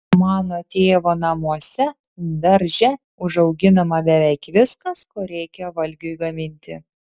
mano tėvo namuose darže užauginama beveik viskas ko reikia valgiui gaminti